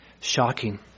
shocking